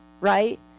Right